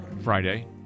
Friday